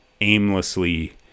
aimlessly